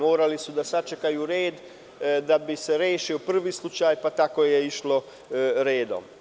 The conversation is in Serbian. Morali su da sačekaju red da bi se rešio prvi slučaj, pa tako redom.